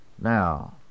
Now